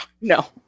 no